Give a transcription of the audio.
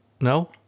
No